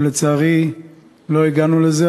אבל לצערי לא הגענו לזה.